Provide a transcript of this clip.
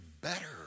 better